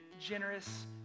generous